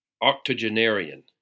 octogenarian